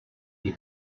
die